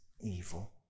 evil